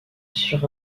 sur